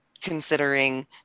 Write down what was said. considering